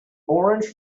orange